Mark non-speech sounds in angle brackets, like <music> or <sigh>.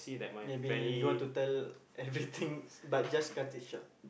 maybe you don't want to tell <laughs> everythings but just cut it short